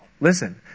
listen